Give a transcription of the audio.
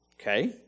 Okay